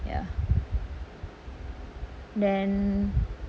ya then